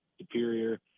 Superior